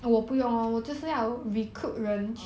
orh recruit 人